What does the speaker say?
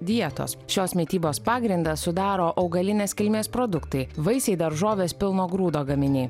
dietos šios mitybos pagrindą sudaro augalinės kilmės produktai vaisiai daržovės pilno grūdo gaminiai